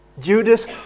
Judas